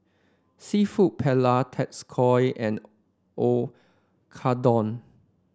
seafood Paella Tacos and Oyakodon